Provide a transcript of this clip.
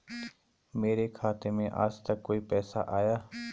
मेरे खाते में आजकल कोई पैसा आया?